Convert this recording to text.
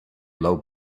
low